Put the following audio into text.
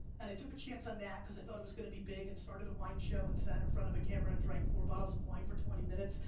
and i took a chance on that cause i thought it was gonna big and started a wine show and sat in front of a camera and drank four bottles of wine for twenty minutes.